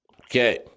Okay